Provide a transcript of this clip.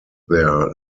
their